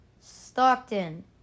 Stockton